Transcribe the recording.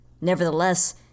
Nevertheless